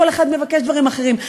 כל אחד מבקש דברים אחרים.